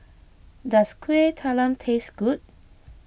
does Kuih Talam taste good